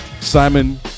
Simon